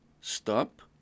stop